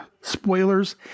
spoilers